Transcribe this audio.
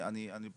צריך